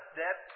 dead